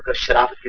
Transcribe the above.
ah sharma.